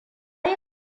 yi